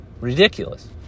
ridiculous